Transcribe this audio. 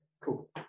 Cool